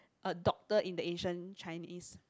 a doctor in the Asian Chinese